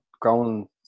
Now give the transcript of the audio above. growing